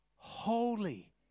holy